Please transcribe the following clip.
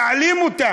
יעלימו אותן.